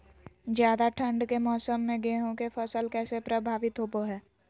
ज्यादा ठंड के मौसम में गेहूं के फसल कैसे प्रभावित होबो हय?